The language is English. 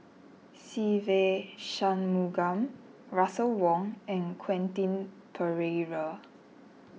Se Ve Shanmugam Russel Wong and Quentin Pereira